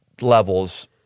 levels